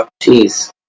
Jeez